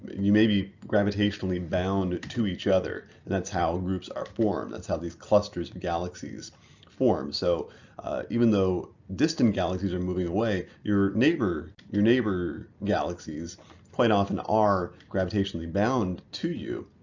you may be gravitationally bound to each other. and that's how groups are formed, that's how these clusters of galaxies form. so even though distant galaxies are moving away, your neighbor your neighbor galaxies quite often are gravitationally bound to you.